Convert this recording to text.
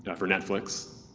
yeah for netflix.